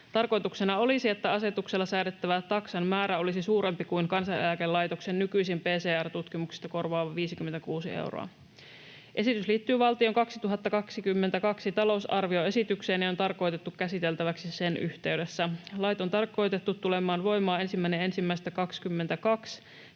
Tarkoituksena olisi, että asetuksella säädettävä taksan määrä olisi suurempi kuin Kansaneläkelaitoksen nykyisin PCR-tutkimuksesta korvaama 56 euroa. Esitys liittyy valtion 2022 talousarvioesitykseen ja on tarkoitettu käsiteltäväksi sen yhteydessä. Lait on tarkoitettu tulemaan voimaan 1.1.2022